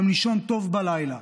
גם לישון טוב בלילה.